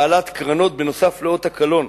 בעלת קרנות, נוסף על אות הקלון,